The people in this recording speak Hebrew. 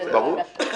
ברור.